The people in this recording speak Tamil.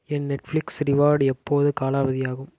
என் நெட்ஃப்ளிக்ஸ் ரிவார்டு எப்போது காலாவதியாகும்